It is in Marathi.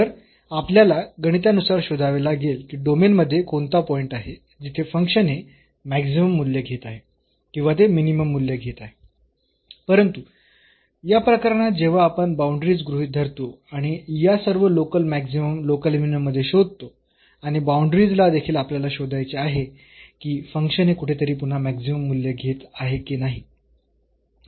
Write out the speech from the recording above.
तर आपल्याला गणितानुसार शोधावे लागेल की डोमेन मध्ये कोणता पॉईंट आहे जिथे फंक्शन हे मॅक्सिमम मूल्य घेत आहे किंवा ते मिनिमम मूल्य घेत आहे परंतु या प्रकरणात जेव्हा आपण बाऊंडरीज गृहीत धरतो आणि या सर्व लोकल मॅक्सिमम लोकल मिनिमम मध्ये शोधतो आणि बाऊंडरीज ला देखील आपल्याला शोधायचे आहे की फंक्शन हे कुठेतरी पुन्हा मॅक्सिमम मूल्य घेत आहे की नाही